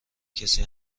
کسی